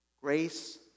grace